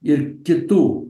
ir kitų